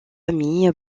ami